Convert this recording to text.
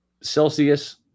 Celsius